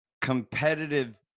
competitive